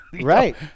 Right